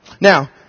Now